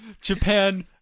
Japan